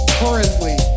currently